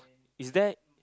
is that